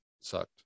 sucked